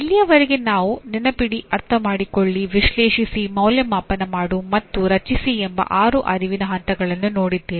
ಇಲ್ಲಿಯವರೆಗೆ ನಾವು ನೆನಪಿಡಿ ಅರ್ಥಮಾಡಿಕೊಳ್ಳಿ ವಿಶ್ಲೇಷಿಸಿ ಮೌಲ್ಯಮಾಪನ ಮಾಡು ಮತ್ತು ರಚಿಸಿ ಎಂಬ ಆರು ಅರಿವಿನ ಹಂತಗಳನ್ನು ನೋಡಿದ್ದೇವೆ